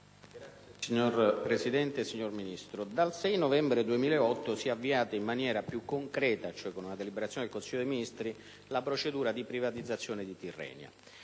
Signor Presidente, signor Ministro, dal 6 novembre 2008 si è avviata in maniera più concreta, con una deliberazione del Consiglio dei ministri, la procedura di privatizzazione della